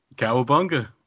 Cowabunga